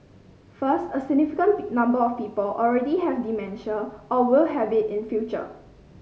first a significant number of people already have dementia or will have it in future